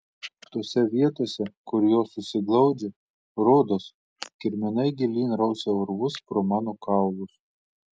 tose vietose kur jos susiglaudžia rodos kirminai gilyn rausia urvus pro mano kaulus